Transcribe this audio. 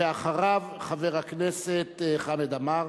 ואחריו, חבר הכנסת חמד עמאר.